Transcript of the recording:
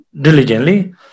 diligently